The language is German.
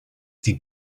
die